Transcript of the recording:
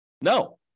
No